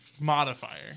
modifier